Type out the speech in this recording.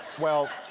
well.